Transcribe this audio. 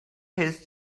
his